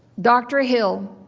dr. hill,